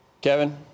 Kevin